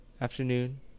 afternoon